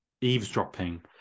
eavesdropping